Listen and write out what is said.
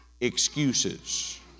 excuses